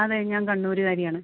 അതെ ഞാൻ കണ്ണൂര്കാരിയാണ്